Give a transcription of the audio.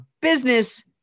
business